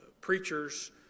preachers